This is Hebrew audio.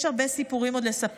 יש עוד הרבה סיפורים לספר,